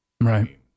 right